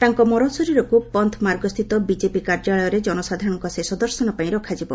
ତାଙ୍କ ମରଶରୀରକୁ ପନ୍ଥ ମାର୍ଗସ୍ଥିତ ବିଜେପି କାର୍ଯ୍ୟାଳୟରେ ଜନସାଧାରଣଙ୍କ ଶେଷ ଦର୍ଶନ ପାଇଁ ରଖାଯିବ